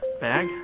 bag